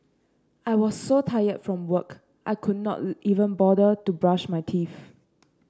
I was so tired from work I could not even bother to brush my teeth